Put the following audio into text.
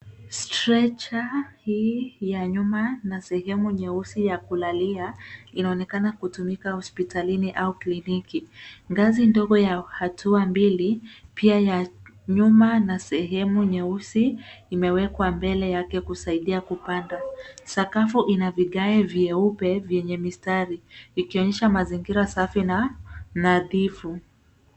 Stretcher hii ya nyuma na sehemu nyeusi ya kulalia inaonekana kutumika hospitalini au kliniki. Ngazi ndogo ya hatua mbili, pia ya nyuma, na sehemu nyeusi imewekwa mbele yake kusaidia kupanda. Sakafu ina vigae vyeupe venye mistari, ikionyesha mazingira safi na nadhifu.